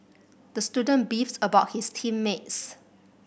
the student beefed about his team mates